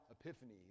Epiphany